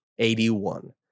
81